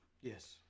Yes